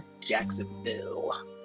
jacksonville